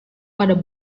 pada